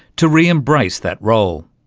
to reembrace that role.